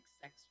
sex